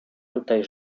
tutaj